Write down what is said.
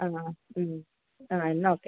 ആണോ ആ എന്നാൽ ഓക്കെ